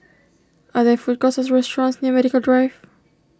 are there food courts or restaurants near Medical Drive